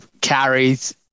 carries